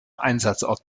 einsatzort